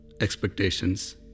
expectations